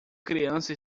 criança